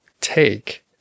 take